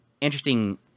interesting